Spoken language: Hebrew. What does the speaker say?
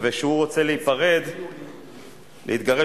נא להצביע בקריאה